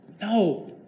no